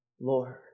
Lord